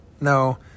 no